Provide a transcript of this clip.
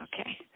Okay